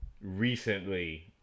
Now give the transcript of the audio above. recently